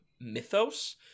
mythos